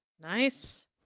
nice